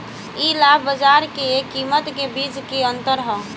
इ लाभ बाजार के कीमत के बीच के अंतर ह